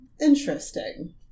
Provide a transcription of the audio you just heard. Interesting